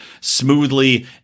smoothly